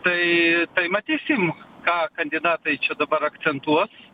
tai matysim ką kandidatai čia dabar akcentuos